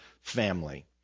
family